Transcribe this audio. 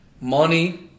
Money